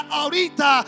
ahorita